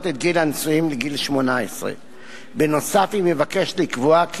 את גיל הנישואים לגיל 18. נוסף על כך היא מבקשת לקבוע כי